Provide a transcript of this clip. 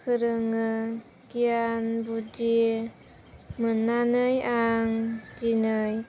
फोरोङो गियान बुद्धि मोननानै आं दिनै